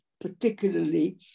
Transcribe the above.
particularly